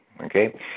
Okay